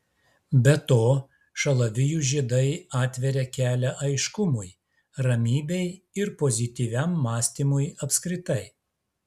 be to šalavijų žiedai atveria kelią aiškumui ramybei ir pozityviam mąstymui apskritai